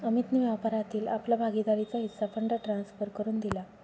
अमितने व्यापारातील आपला भागीदारीचा हिस्सा फंड ट्रांसफर करुन दिला